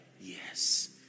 Yes